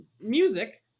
Music